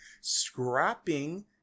scrapping